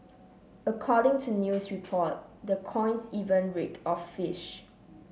according to news report the coins even reeked of fish